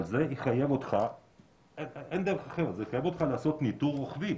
אבל זה יחייב אותך לעשות ניטור רוחבי,